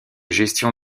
gestion